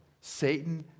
Satan